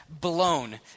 blown